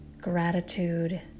gratitude